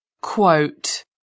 quote